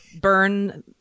burn